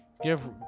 Give